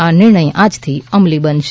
આ નિર્ણય આજથી અમલી બનશે